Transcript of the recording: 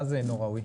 מה זה אינו ראוי?